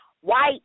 white